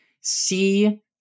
see